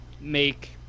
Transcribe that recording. make